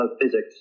physics